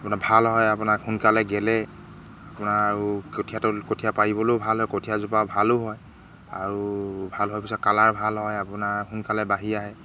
আপোনাৰ ভাল হয় আপোনাক সোনকালে গেলে আপোনাৰ আৰু কঠীয়াটো কঠীয়া পাৰিবলেও ভাল হয় কঠীয়াজোপা ভালো হয় আৰু ভাল হোৱাৰ পিছত কালাৰ ভাল হয় আপোনাৰ সোনকালে বাঢ়ি আহে